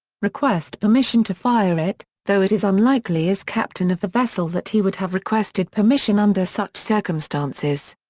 request permission to fire it, though it is unlikely as captain of the vessel that he would have requested permission under such circumstances.